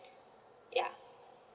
ya